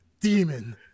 Demon